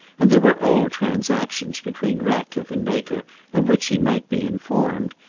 and there were old transactions between ratcliffe and baker of which she might be informed,